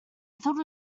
thought